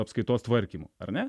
apskaitos tvarkymu ar ne